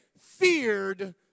feared